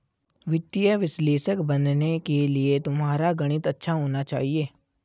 वित्तीय विश्लेषक बनने के लिए तुम्हारा गणित अच्छा होना चाहिए